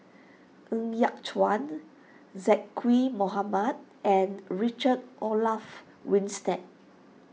Ng Yat Chuan Zaqy Mohamad and Richard Olaf Winstedt